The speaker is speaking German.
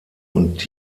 und